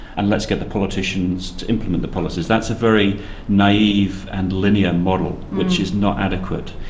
and let's get the politicians to implement the policies. that's a very naive and linear model which is not adequate.